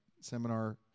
seminar